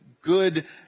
good